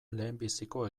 lehenbiziko